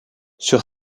sur